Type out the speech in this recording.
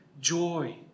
joy